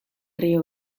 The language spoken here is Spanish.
rio